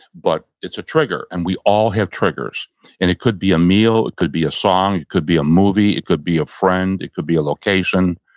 but it's a trigger and we all have triggers. and it could be a meal. it could be a song. it could be a movie. it could be a friend. it could be a location.